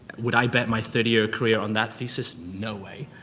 would i bet my thirty year career on that thesis? no way.